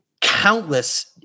countless